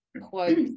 quote